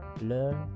learn